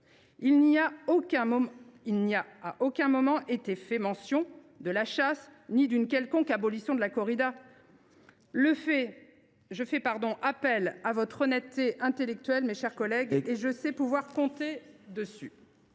Il n’y est à aucun moment fait mention de la chasse ni d’une quelconque abolition de la corrida. Je fais appel à votre honnêteté intellectuelle, mes chers collègues. Je sais pouvoir compter dessus.